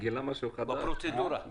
בפרוצדורה,